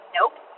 Nope